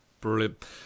brilliant